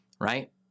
right